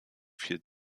viel